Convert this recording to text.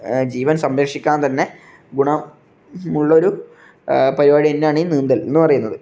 ജീവൻ സംരക്ഷിക്കാൻ തന്നെ ഗുണമുള്ളൊരു പരിപാടി തന്നെയാണ് നീന്തൽ എന്ന് പറയുന്നത്